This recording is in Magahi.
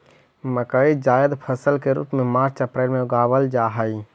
मकई जायद फसल के रूप में मार्च अप्रैल में उगावाल जा हई